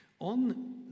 on